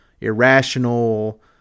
irrational